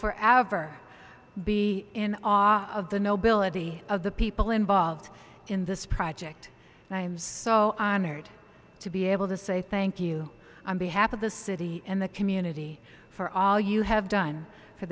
avar be in awe of the nobility of the people involved in this project and i'm so honored to be able to say thank you i'm behalf of the city and the community for all you have done for